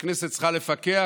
והכנסת צריכה לפקח.